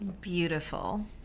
beautiful